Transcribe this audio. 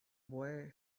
boy